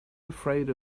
afraid